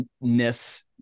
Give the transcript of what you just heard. ness